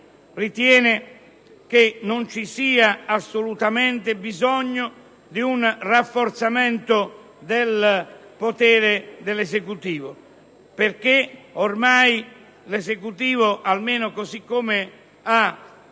ritiene che non ci sia assolutamente bisogno di un rafforzamento del potere dell'Esecutivo, perché ormai questo, per come ne